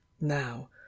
now